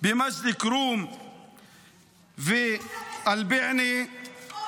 במג'ד אל-כרום ואל-בענה --- אתה מסוכן.